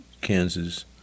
Kansas